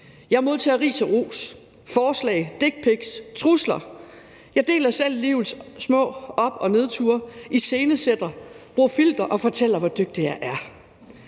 Jeg modtager ris og ros, forslag, dick pics, trusler. Jeg deler selv livets små op- og nedture, iscenesætter, bruger filtre og fortæller, hvor dygtig jeg er.